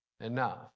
enough